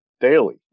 daily